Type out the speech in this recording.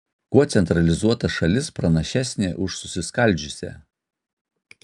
kuo centralizuota šalis pranašesnė už susiskaldžiusią